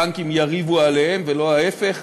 הבנקים יריבו עליהם ולא להפך,